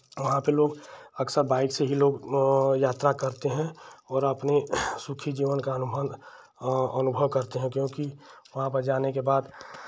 वहाँ पे लोग अक्सर बाइक से ही लोग यात्रा करते हैं और अपने सुखी जीवन का अनुमान अनुभव करते हैं क्योंकि वहाँ पर जाने के बाद